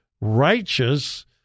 righteous